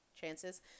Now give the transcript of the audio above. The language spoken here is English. chances